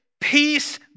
peace